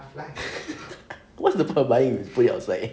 what's the per buying put it outside